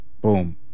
boom